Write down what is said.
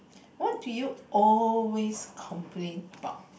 what do you always complain about